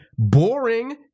boring